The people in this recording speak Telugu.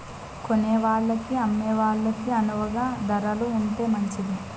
కొనేవాళ్ళకి అమ్మే వాళ్ళకి అణువుగా ధరలు ఉంటే మంచిది